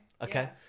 Okay